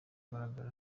agaragara